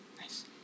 Nice